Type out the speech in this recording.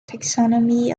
taxonomy